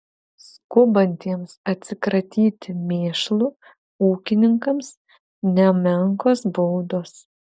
skubantiems atsikratyti mėšlu ūkininkams nemenkos baudos